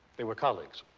they were colleagues.